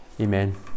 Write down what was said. Amen